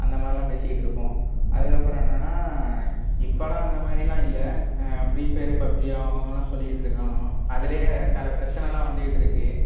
அந்த மாதிரிலாம் பேசிக்கிட்டு இருப்போம் அதுக்கப்புறம் என்னான்னா இப்பெலாம் அந்த மாதிரிலாம் இல்லை ஃபிரீ ஃபயர் பப்ஜி அவன் அவன்லாம் சொல்லிக்கிட்டு இருக்கானுவோ அதிலயே சில பிரச்சனையெல்லாம் வந்துகிட்டு இருக்குது